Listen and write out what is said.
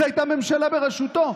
זו הייתה ממשלה בראשותו,